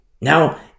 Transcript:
now